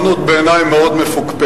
בעיני זאת אמנות מאוד מפוקפקת.